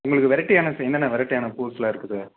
உங்களுக்கு வெரைட்டியான விஷயம் என்னென்ன வெரைட்டியான பூஸ்லாம் இருக்குது